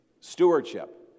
stewardship